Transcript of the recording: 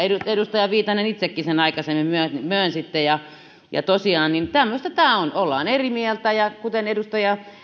edustaja viitanen itsekin sen aikaisemmin myönsitte tosiaan tämmöistä tämä on ollaan eri mieltä ja edustaja